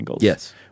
Yes